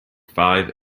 five